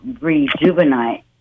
rejuvenate